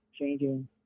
changing